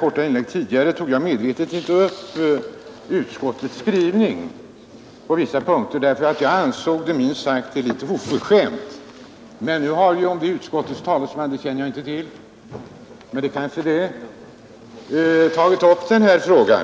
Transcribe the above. korta inlägg tidigare tog jag med avsikt inte upp utskottets skrivning på vissa punkter, därför att jag ansåg den minst sagt oförskämd. Men nu har utskottets talesman — om herr Pettersson i Lund är det, det känner jag inte till — tagit upp denna fråga.